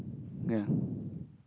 ya